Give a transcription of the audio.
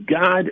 God